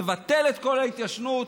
לבטל את כל ההתיישנות?